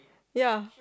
ya